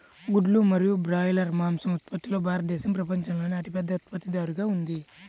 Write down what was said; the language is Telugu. గుడ్లు మరియు బ్రాయిలర్ మాంసం ఉత్పత్తిలో భారతదేశం ప్రపంచంలోనే అతిపెద్ద ఉత్పత్తిదారుగా ఉంది